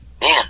man